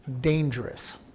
dangerous